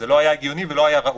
זה לא היה הגיוני ולא היה ראוי.